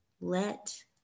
let